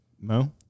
No